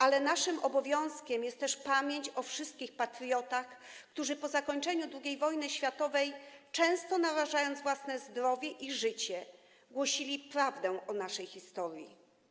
Ale naszym obowiązkiem jest też pamięć o wszystkich patriotach, którzy po zakończeniu II wojny światowej, często narażając własne zdrowie i życie, głosili prawdę o naszej historii.